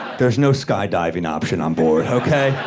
there's no skydiving option on-board, okay?